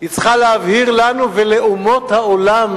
צריכה להבהיר לנו ולאומות העולם,